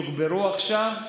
תוגברו עכשיו,